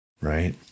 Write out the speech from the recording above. right